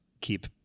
keep